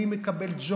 מי מקבל ג'וב?